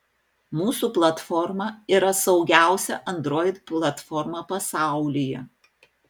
mūsų platforma yra saugiausia android platforma pasaulyje